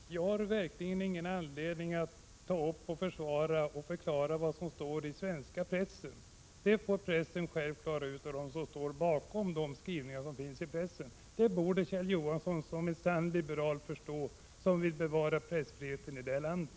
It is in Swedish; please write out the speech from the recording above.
Fru talman! Jag har verkligen ingen anledning att förklara och försvara vad som står i svenska pressen. Det får pressen själv och de som står bakom skrivningarna klara ut. Det borde Kjell Johansson förstå, som är en sann liberal och som vill bevara pressfriheten i landet.